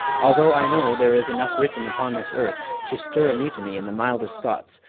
although i know there is enough written upon this earth to stir a mutiny in the mildest thoughts,